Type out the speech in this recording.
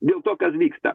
dėl to kad vyksta